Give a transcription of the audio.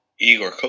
Igor